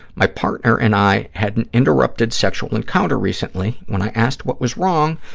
my partner and i had an interrupted sexual encounter recently. when i asked what was wrong,